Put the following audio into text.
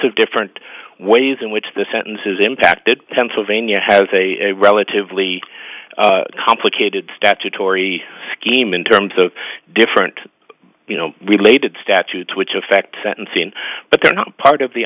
of different ways in which the sentence is impacted pennsylvania has a relatively complicated statutory scheme in terms of different you know related statutes which affect sentencing but they're not part of the